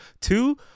two